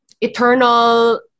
eternal